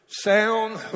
Sound